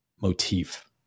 motif